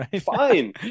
Fine